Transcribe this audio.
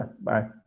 Bye